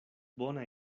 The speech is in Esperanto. bona